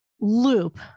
loop